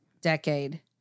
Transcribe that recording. decade